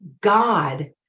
God